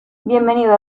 bienvenido